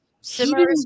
similar